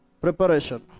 Preparation